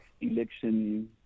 election